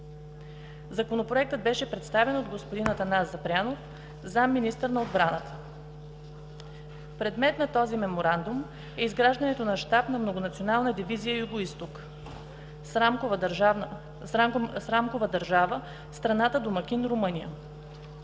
Законопроектът беше представен от господин Атанас Запрянов – заместник-министър на отбраната. Предмет на този Меморандум е изграждането на Щаб на Многонационална дивизия „Югоизток“ с рамкова държава – страната домакин Румъния.